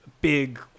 big